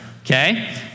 okay